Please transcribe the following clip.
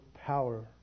power